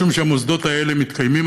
משום שהמוסדות האלה מתקיימים,